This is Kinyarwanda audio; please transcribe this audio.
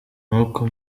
nk’uko